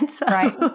Right